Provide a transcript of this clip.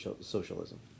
socialism